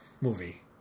movie